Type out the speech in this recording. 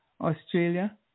Australia